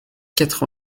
quatre